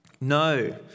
No